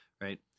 right